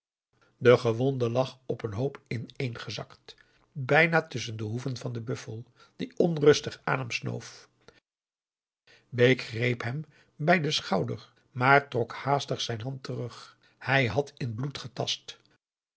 de gewonde lag op een hoop augusta de wit orpheus in de dessa inéengezakt bijna tusschen de hoeven van den buffel die onrustig aan hem snoof bake greep hem bij den schouder maar trok haastig zijn hand terug hij had in bloed getast